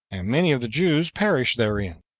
and many of the jews perished therein.